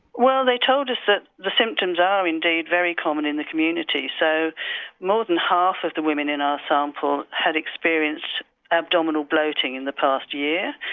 well they told us that the symptoms are indeed very common in the community so more than half of the women in our sample had experienced abdominal bloating in the past year,